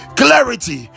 clarity